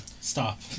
Stop